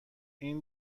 این